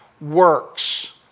works